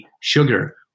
sugar